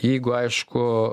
jeigu aišku